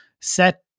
set